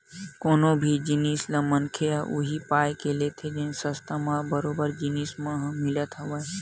कोनो भी जिनिस ल मनखे ह उही पाय के लेथे के सस्ता म बरोबर जिनिस मन ह मिलत हवय